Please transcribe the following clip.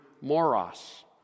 moros